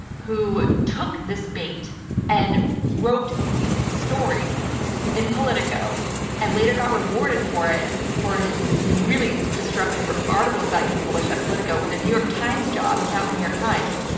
who took this bait and wrote the story in politico and later got rewarded for it for his really destructive articles that he published at politico with a new york times job. he is now at the new york times.